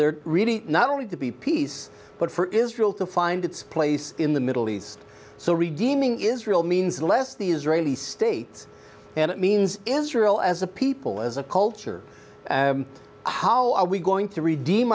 really not only to be peace but for israel to find its place in the middle east so redeeming israel means less the israeli state and it means israel as a people as a culture how are we going to redeem